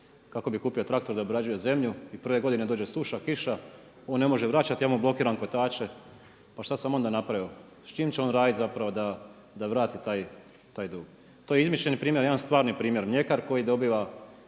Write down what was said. kako bi kupio traktor da obrađuje zemlju i prve godine dođe suša, kiša, on ne može vraćati. Ja mu blokiram kotače, pa šta sam onda napravio. S čim će on raditi zapravo da vrati taj dug? To je izmišljeni primjer. Jedan stvarni primjer. Mljekar koji dobiva